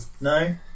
No